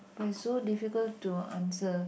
but it's so difficult to answer